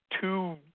two